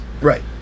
right